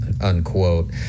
unquote